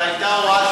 יש חוקי עבודה,